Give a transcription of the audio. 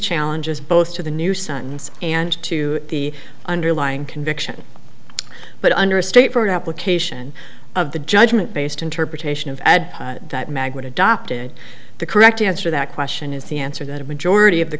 challenges both to the new sons and to the underlying conviction but under a state for an application of the judgment based interpretation of add that magnet adopted the correct answer that question is the answer that a majority of the